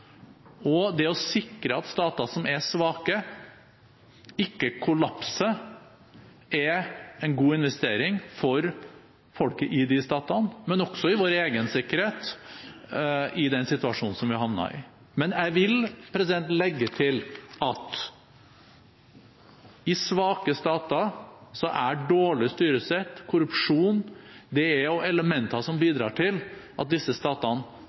Det å sikre at stater som er svake, ikke kollapser, er en god investering for folket i de statene, men også i vår egen sikkerhet i den situasjonen som vi har havnet i. Men jeg vil legge til at i svake stater er dårlig styresett og korrupsjon også elementer som bidrar til at disse statene